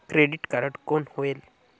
Credit card कौन होएल?